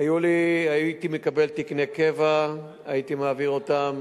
הייתי מקבל תקני קבע, הייתי מעביר אותם